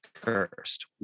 cursed